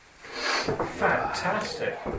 Fantastic